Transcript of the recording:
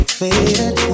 faded